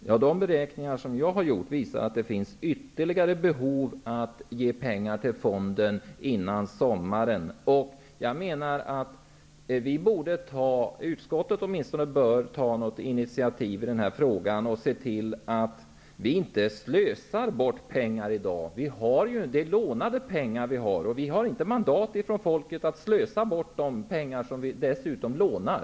Herr talman! De beräkningar som jag har gjort visar att det finns ytterligare behov av att ge pengar till fonden före sommaren. Jag menar att utskottet åtminstone bör ta något initiativ i frågan och se till att vi inte slösar bort pengar i dag. Det är lånade pengar, och vi har inte mandat från folket att slösa bort de pengar som vi lånar.